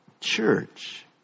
church